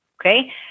okay